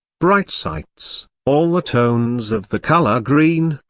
bright sights all the tones of the color green,